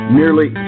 nearly